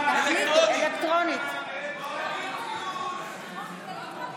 על פי מה שסוכם,